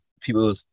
people